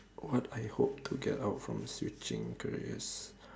what I hope to get out from switching careers